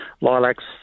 lilacs